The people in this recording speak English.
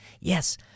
Yes